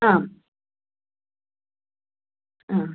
ആ ആ